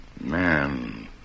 Man